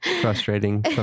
Frustrating